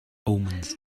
omens